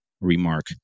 remark